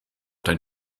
dein